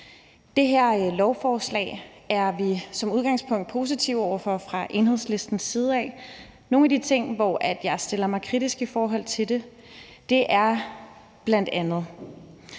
Det her lovforslag er vi som udgangspunkt positive over for fra Enhedslistens side. Nogle af de ting, jeg stiller mig kritisk over for, er bl.a., at